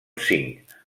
cinc